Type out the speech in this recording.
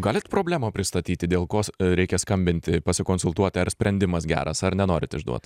galit problemą pristatyti dėl ko reikia skambinti pasikonsultuoti ar sprendimas geras ar nenorit išduot